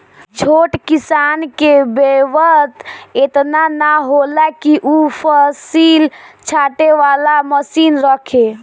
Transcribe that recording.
छोट किसान के बेंवत एतना ना होला कि उ फसिल छाँटे वाला मशीन रखे